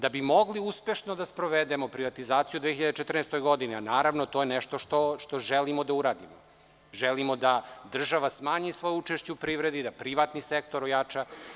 Da bi mogli uspešno da sprovedemo privatizaciju u 2014. godini, a to je nešto što želimo da uradimo, želimo da država smanji sva učešća u privredi, da privredni sektor ojača.